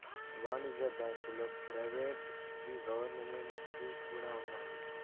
వాణిజ్య బ్యాంకుల్లో ప్రైవేట్ వి గవర్నమెంట్ వి కూడా ఉన్నాయి